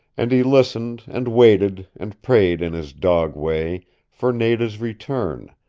and he listened and waited and prayed in his dog way for nada's return,